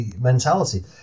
mentality